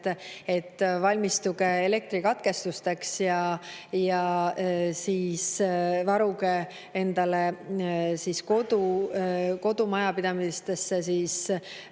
et valmistuge elektrikatkestusteks ja varuge endale kodumajapidamistesse